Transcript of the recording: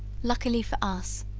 luckily for us,